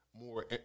more